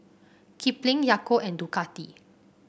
Kipling Yakult and Ducati